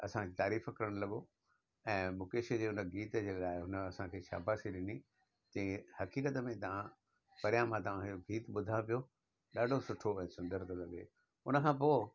असांजी तारीफ़ करणु लॻो ऐं मुकेश जे हुन गीत जे लाइ हुन असांखे शाबाशी ॾिनी चईं हक़ीकत में तां परियां मां तव्हांजो गीत ॿुधां पियो ॾाढो सुठो ऐं सुंदर थो लॻे हुन खां पोइ